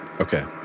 Okay